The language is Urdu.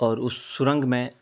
اور اس سرنگ میں